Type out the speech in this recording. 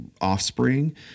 offspring